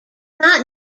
not